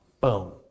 boom